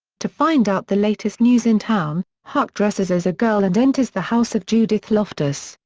to find out the latest news in town, huck dresses as a girl and enters the house of judith loftus,